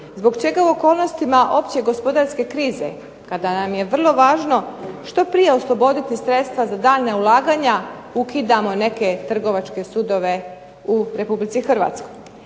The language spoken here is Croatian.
Zbog čega u okolnostima opće gospodarske krize, kada nam je vrlo važno što prije osloboditi sredstva za daljnja ulaganja ukidamo neke trgovačke sudove u Republici Hrvatskoj?